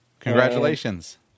Congratulations